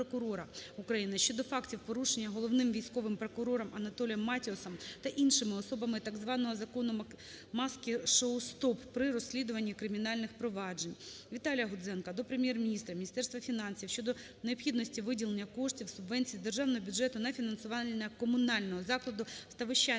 ВіталіяГудзенка до Прем'єр-міністра, Міністерства фінансів щодо необхідності виділення коштів (субвенції) з Державного бюджету на фінансування комунального закладу